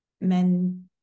men